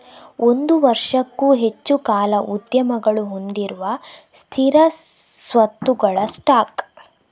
ಒಂದು ವರ್ಷಕ್ಕೂ ಹೆಚ್ಚು ಕಾಲ ಉದ್ಯಮಗಳು ಹೊಂದಿರುವ ಸ್ಥಿರ ಸ್ವತ್ತುಗಳ ಸ್ಟಾಕ್